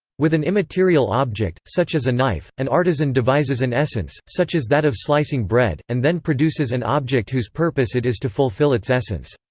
with an immaterial object, such as a knife, an artisan devises an essence, such as that of slicing bread, and then produces an and object whose purpose it is to fulfil its essence.